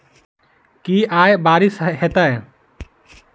की आय बारिश हेतै?